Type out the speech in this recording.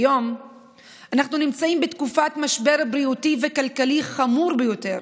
כיום אנחנו נמצאים בתקופת משבר בריאותי וכלכלי חמור ביותר.